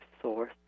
source